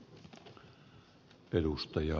herra puhemies